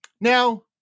Now